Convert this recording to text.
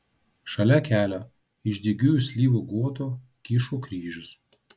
šalia kelio iš dygiųjų slyvų guoto kyšo kryžius